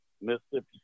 Mississippi